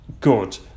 good